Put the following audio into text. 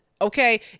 Okay